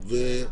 אני